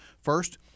First